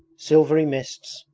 silvery mists,